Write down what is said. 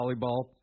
volleyball